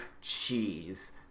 cheese